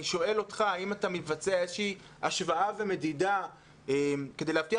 אני שואל אותך האם אתה מבצע איזושהי השוואה ומדידה כדי להבטיח